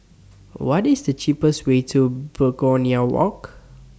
What IS The cheapest Way to Pegonia Walk